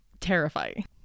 terrifying